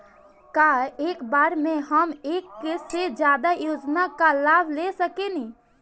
का एक बार में हम एक से ज्यादा योजना का लाभ ले सकेनी?